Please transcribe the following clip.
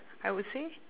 I would say